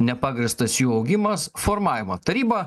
nepagrįstas jų augimas formavimą tarybą